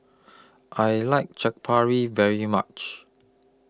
I like Chaat Papri very much